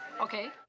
Okay